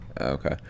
Okay